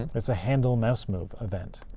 it's a handlemousemove event.